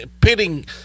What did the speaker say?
pitting